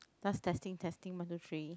last testing testing one two three